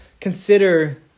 consider